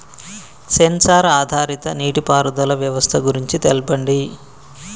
Censor ఆధారిత నీటిపారుదల వ్యవస్థ గురించి తెల్పండి?